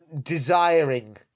desiring